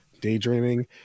daydreaming